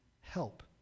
help